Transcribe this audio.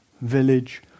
village